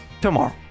tomorrow